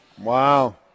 Wow